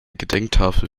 gedenktafel